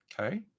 Okay